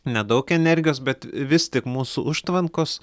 nedaug energijos bet vistik mūsų užtvankos